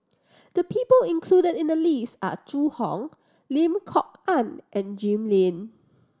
the people included in the list are Zhu Hong Lim Kok Ann and Jim Lim